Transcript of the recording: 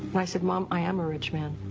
i said, mom i am a rich man.